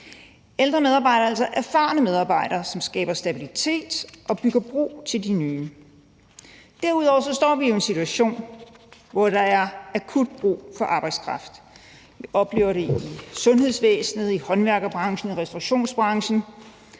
Ældre medarbejdere er altså erfarne medarbejdere, som skaber stabilitet og bygger bro til de nye. Derudover står vi jo i en situation, hvor der er akut brug for arbejdskraft. Vi oplever det i sundhedsvæsenet, i håndværkerbranchen, i restaurationsbranchen.